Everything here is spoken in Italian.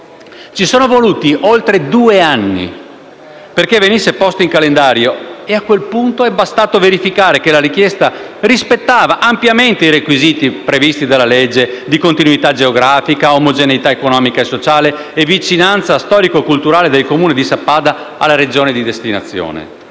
Ci sono voluti oltre due anni perché questo provvedimento venisse messo in calendario e, a quel punto, è bastato verificare che la richiesta rispettava ampiamente i requisiti di continuità geografica, omogeneità economica e sociale e vicinanza storico-culturale del Comune di Sappada alla Regione di destinazione,